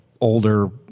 older